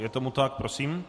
Je tomu tak, prosím.